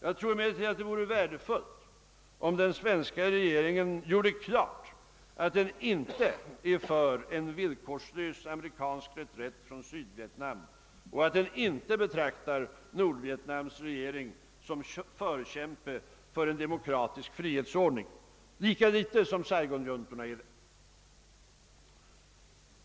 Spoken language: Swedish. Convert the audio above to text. Jag tror emellertid att det vore värdefullt om den svenska regeringen gjorde klart att den inte är för en villkorslös amerikansk reträtt från Sydvietnam och att den inte betraktar Nordvietnams regering som en förkämpe för en demokratisk frihetsordning — lika litet som saigonjuntorna är det.